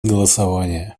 голосования